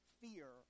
fear